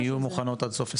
הן יהיו מוכנות עד סוף 23'?